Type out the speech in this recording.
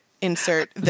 insert